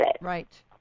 Right